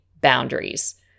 boundaries